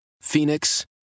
Phoenix